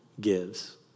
gives